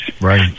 Right